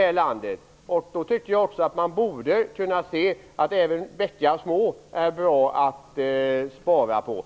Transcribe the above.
i landet, och då är det bra att spara även på bäckar små; det borde man kunna se.